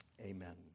Amen